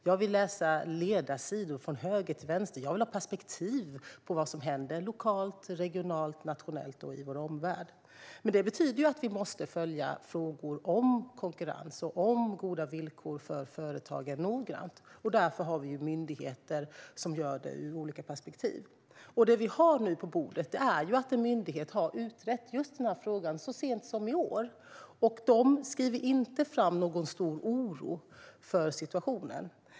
Jag vill läsa ledarsidor från höger till vänster. Jag vill ha perspektiv på vad som händer lokalt, regionalt, nationellt och i vår omvärld. Men den friheten betyder att vi noggrant måste följa frågor om konkurrens och goda villkor för företagen. Därför har vi myndigheter som gör det ur olika perspektiv. Det vi har på bordet nu är att en myndighet har utrett just den här frågan så sent som i år, och den lyfter inte fram någon stor oro för situationen.